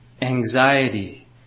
anxiety